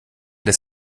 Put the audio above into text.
dass